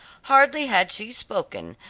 hardly had she spoken,